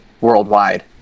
worldwide